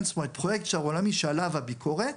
פרויקט שער עולמי שעליו הביקורת